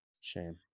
Shame